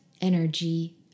energy